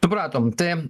supratom tai